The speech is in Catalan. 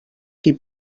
qui